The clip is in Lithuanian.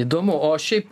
įdomu o šiaip